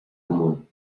común